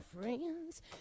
friends